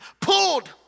pulled